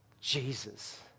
Jesus